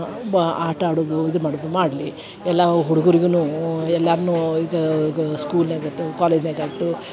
ಬಾ ಆಟ ಆಡೋದು ಇದು ಮಾಡೋದು ಮಾಡಲಿ ಎಲ್ಲಾ ಹುಡ್ಗುರಿಗೂನು ಎಲ್ಲಾರನ್ನೂ ಈಗ ಈಗ ಸ್ಕೂಲ್ನ್ಯಾಗ್ ಆತು ಕಾಲೇಜ್ನ್ಯಾಗ್ ಆತು